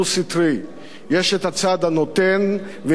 יש הצד הנותן ויש הצד המקבל.